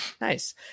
Nice